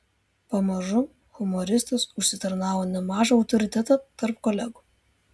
pamažu humoristas užsitarnavo nemažą autoritetą tarp kolegų